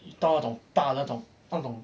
到那种大的那种那种